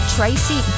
Tracy